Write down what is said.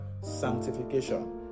sanctification